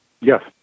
Yes